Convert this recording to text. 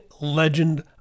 legend